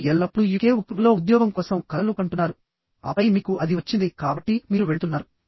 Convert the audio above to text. మీరు ఎల్లప్పుడూ యుకె లో ఉద్యోగం కోసం కలలు కంటున్నారు ఆపై మీకు అది వచ్చింది కాబట్టి మీరు వెళ్తున్నారు